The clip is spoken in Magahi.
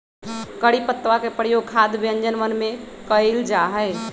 करी पत्तवा के प्रयोग खाद्य व्यंजनवन में कइल जाहई